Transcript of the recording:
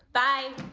bye.